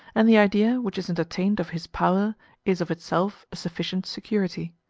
and the idea which is entertained of his power is of itself a sufficient security.